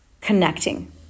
connecting